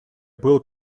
было